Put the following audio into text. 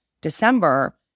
December